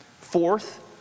Fourth